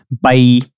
Bye